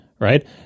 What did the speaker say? right